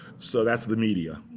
so that's the media.